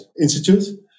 institute